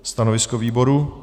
Stanovisko výboru?